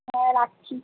হ্যাঁ রাখছি